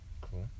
Cool